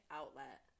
outlet